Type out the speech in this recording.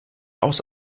aus